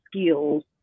skills